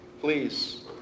Please